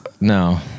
No